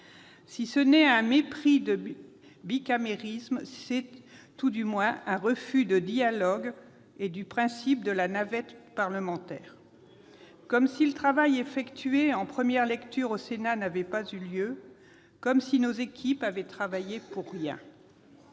Si ce n'est là un mépris du bicamérisme, c'est à tout le moins un refus du dialogue et du principe de la navette parlementaire ; c'est comme si le travail effectué en première lecture au Sénat n'avait pas eu lieu, comme si nos équipes avaient travaillé pour rien.